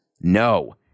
No